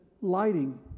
lighting